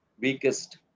weakest